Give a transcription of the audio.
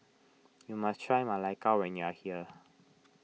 you must try Ma Lai Gao when you are here